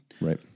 Right